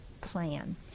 plan